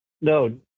No